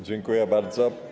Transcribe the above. Dziękuję bardzo.